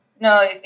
No